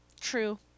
True